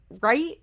right